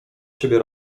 siebie